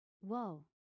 whoa